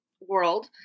world